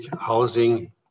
housing